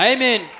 Amen